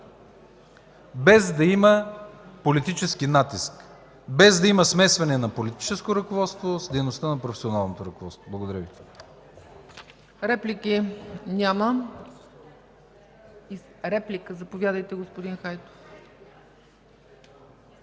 без да има политически натиск, без да има смесване на политическо ръководство с дейността на професионалното ръководство. Благодаря Ви.